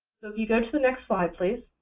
so if you go to the next slide, please.